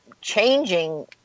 changing